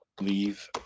leave